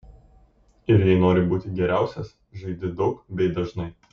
ir jei nori būti geriausias žaidi daug bei dažnai